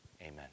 Amen